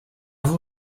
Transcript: vous